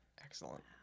Excellent